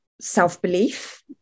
self-belief